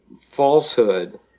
falsehood